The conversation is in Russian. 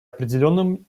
определенным